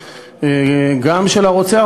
גם של הרוצח,